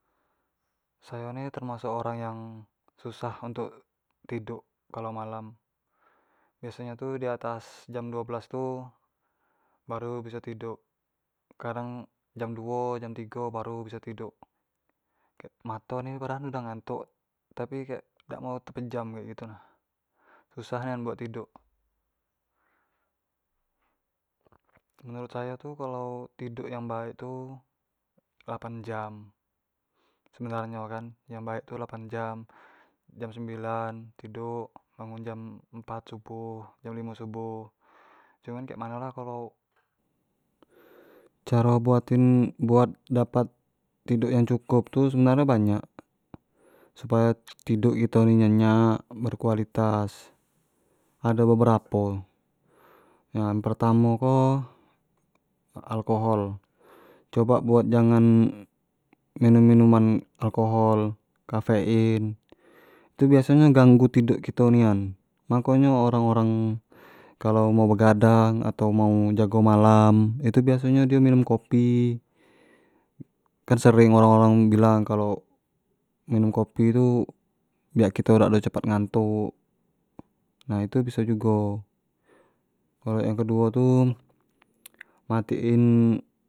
Sayo ni teramsuk orang yang susah untuk tiduk kalo malam, biaso nyo tu di atas jam duo belas tu baru biso tiduk, kadang jam duo jam tigo baru biso tiduk, mato ni padahal udah ngantuk, tapi kek dak mau tepejam gitu nah, susah nian buat tiduk menurut sayo tu kalo tiduk yang baek tu delapan jam sebenar nyo kan tiduk yang baek tu delapan jam, jam sembilan tiduk bangun jam empat shubuh jam limo shubuh cumin kek mano lah kalua caro buatin buat dapat tiduk yang cukup tu sebenar nyo tu banyak supayo tiduk kito ni nyenyak, berkualitas, ado beberapo, yang pertamo ko, alkohol coba buat jangan minum- minuman alkohol, cafein, itu biaso nyo ganggu kito tiduk nian, mako nyo orang orang kalo mau begadang atau kalo mau jago malam itu biaso nyo dio minum kopi kans erring orang orang bilang kalo minum kopi tu biak kito dak ado cepat ngantuk nah itu biso jugo, kalo yang keduo tu mati in.